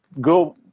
go